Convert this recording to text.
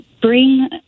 bring